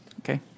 Okay